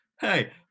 hey